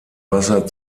wasser